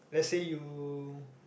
lets say you